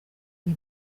ari